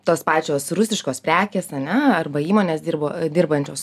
tos pačios rusiškos prekės ar ne arba įmonės dirbo dirbančios